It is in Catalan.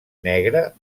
negra